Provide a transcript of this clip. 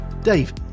Dave